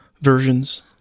Versions